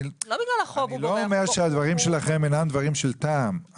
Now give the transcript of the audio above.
איני אומר שדבריכם אינם של טעם.